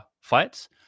fights